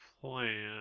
plan